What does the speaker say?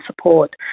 support